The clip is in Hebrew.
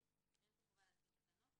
אין פה חובה להתקין תקנות,